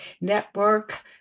network